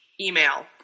email